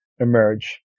emerge